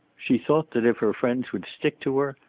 she thought that if her friends would stick to her,